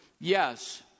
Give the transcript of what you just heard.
Yes